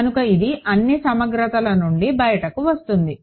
కనుక ఇది అన్నీ సమగ్రతల నుండి బయటికి వస్తుంది